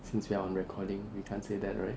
since we are on recording we can't say that right